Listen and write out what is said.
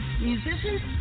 musicians